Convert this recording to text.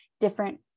different